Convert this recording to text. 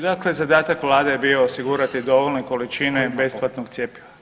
Dakle, zadatak Vlade je bio osigurati dovoljne količine besplatnog cjepiva.